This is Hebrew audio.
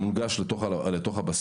זה מונגש לתוך הבסיס.